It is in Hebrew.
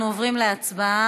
אנחנו עוברים להצבעה.